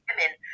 women